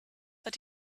but